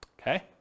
okay